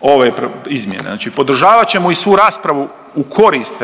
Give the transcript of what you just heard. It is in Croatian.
ove izmjene, znači podržavati ćemo i svu raspravu u korist